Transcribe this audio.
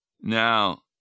Now